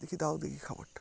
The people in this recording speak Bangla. দেখি দাও দেখি খাবারটা